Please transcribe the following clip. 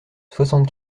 soixante